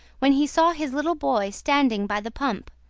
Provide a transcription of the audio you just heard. when he saw his little boy standing by the pump,